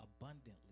abundantly